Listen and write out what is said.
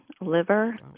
liver